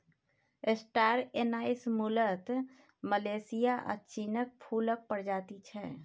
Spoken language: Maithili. स्टार एनाइस मुलतः मलेशिया आ चीनक फुलक प्रजाति छै